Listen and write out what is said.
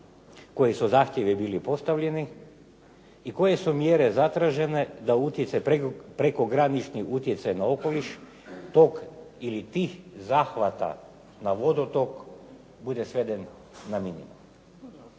Koji su zahtjevi bili postavljeni? I koje su mjere zatražene da utjecaj, prekogranični utjecaj na okoliš tog ili tih zahvata na vodotok bude sveden na minimum?